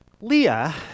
Leah